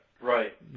right